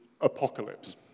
apocalypse